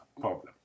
problem